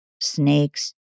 snakes